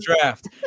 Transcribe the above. draft